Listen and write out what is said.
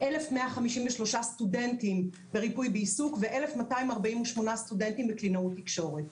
1,153 סטודנטים בריפוי בעיסוק ו-1,248 סטודנטים לקלינאות תקשורת.